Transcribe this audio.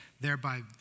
thereby